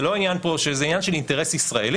זה לא העניין פה זה עניין של אינטרס ישראלי,